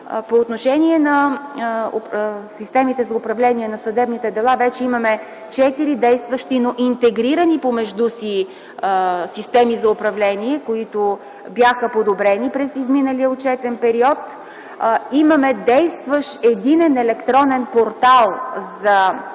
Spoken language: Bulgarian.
По отношение на системите за управление на съдебните дела вече имаме четири действащи, интегрирани помежду си системи за управление, които бяха подобрени през изминалия отчетен период. Имаме действащ единен електронен портал за публикуване